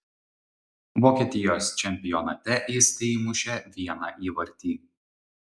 vokietijos čempionate jis teįmušė vieną įvartį